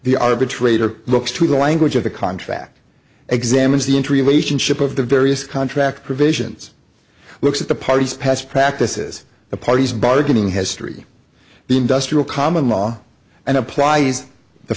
the arbitrator looks to the language of the contract examines the interrelationship of the various contract provisions looks at the parties past practices the parties bargaining history the industrial common law and applies the